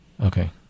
Okay